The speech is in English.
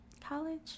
college